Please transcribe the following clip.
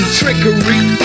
trickery